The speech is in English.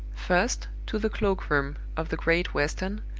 first, to the cloak-room of the great western,